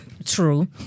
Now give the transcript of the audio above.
True